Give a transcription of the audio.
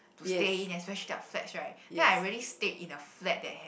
to stay in especially flats right then I really stayed in a flat that had